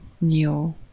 new